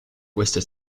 questo